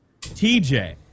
TJ